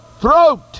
throat